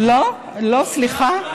לא, לא, סליחה.